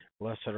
Blessed